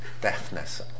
deafness